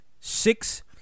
six